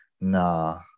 nah